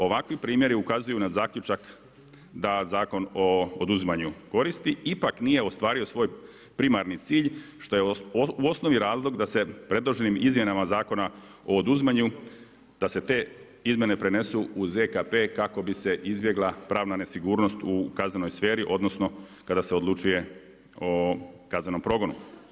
Ovakvi primjeri ukazuju na zaključak da Zakon o oduzimanju koristi ipak nije ostvario svoj primarni cilj što je u osnovi razlog da se predloženim izmjenama Zakona o oduzimanju, da se te izmjene prenesu u ZKP kako bi se izbjegla pravna nesigurnost u kaznenoj sferi, odnosno kada se odlučuje o kaznenom progonu.